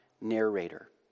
narrator